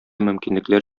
мөмкинлекләр